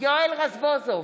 יואל רזבוזוב,